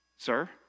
Sir